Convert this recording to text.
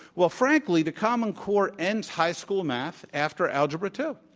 well, frankly, the common core ends high school math after algebra two.